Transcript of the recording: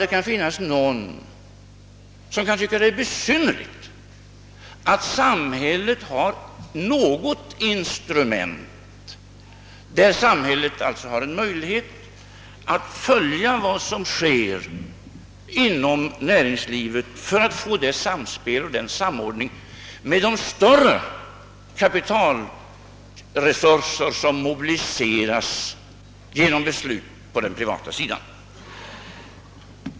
Men jag kan inte för stå att någon kan tycka att det är besynnerligt att samhället får ett instrument för att följa vad som sker inom näringslivet i syfte att åstadkomma: en samordning och ett samspel med de större allmänna kapitalresurser som mobiliseras genom beslut på den privata sektorn.